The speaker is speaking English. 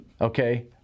Okay